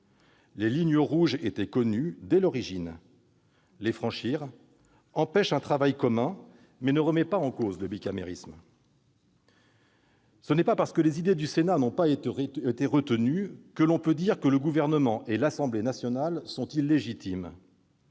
Les lignes rouges étaient connues dès l'origine. Les franchir empêche un travail commun, mais ne remet pas en cause le bicamérisme. Ce n'est pas parce que les idées du Sénat n'ont pas été retenues que l'on peut dire que le Gouvernement et l'Assemblée nationale sont illégitimes.